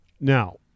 Now